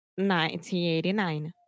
1989